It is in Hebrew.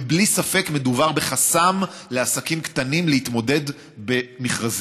ובלי ספק מדובר בחסם לעסקים קטנים בהתמודדות במכרזים.